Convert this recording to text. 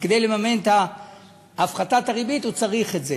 וכדי לממן את הפחתת הריבית, הוא צריך את זה.